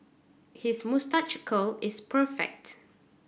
his moustache curl is perfect